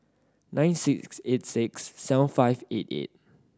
nine six eight six seven five eight eight